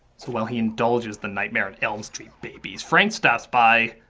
so, while he indulges the nightmare on elm street babies frank stops by.